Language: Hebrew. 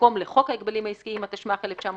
ובמקום "לחוק ההגבלים העסקיים, התשמ"ח 1988"